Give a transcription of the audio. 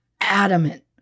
adamant